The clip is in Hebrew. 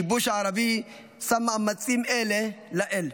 הכיבוש הערבי שם מאמצים אלה לאל".